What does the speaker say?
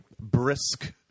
brisk